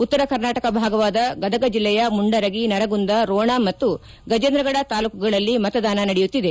ಉತ್ತರ ಕರ್ನಾಟಕ ಭಾಗವಾದ ಗದಗ ಜಿಲ್ಲೆಯ ಮುಂಡರಗಿ ನರಗುಂದ ರೋಣ ಹಾಗೂ ಗಜೇಂದ್ರಗಡ ತಾಲೂಕುಗಳಲ್ಲಿ ಮತದಾನ ನಡೆಯುತ್ತಿದೆ